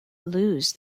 lose